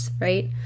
right